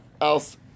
else